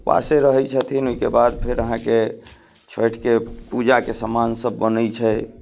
उपवासे रहै छथिन ओइके बाद फेर अहाँके छठिके पूजाके सामान सब बनै छै